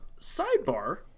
sidebar